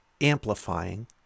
amplifying